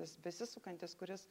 vis besisukantis kuris